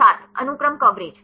छात्र अनुक्रम कवरेज